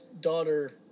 daughter